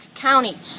County